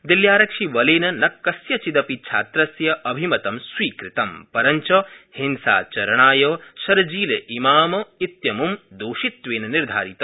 दिल्ल्यारक्षिबलेन न कस्यचिदपि छात्रस्य अभिमतं स्वीकृतं परब्व हिंसाचरणाय शर्जील इमाम इत्यमुं दोषित्वेन निर्धारित